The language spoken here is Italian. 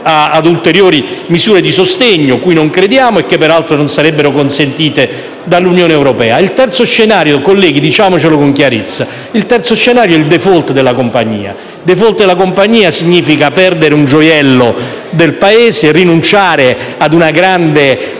a ulteriori misure di sostegno, cui non crediamo e che peraltro non sarebbero consentite dall'Unione europea. Colleghi, diciamoci con chiarezza che il terzo scenario sarebbe il *default* della compagnia. *Default* della compagnia significa perdere un gioiello del Paese. Rinunciare a una grande